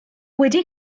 wedi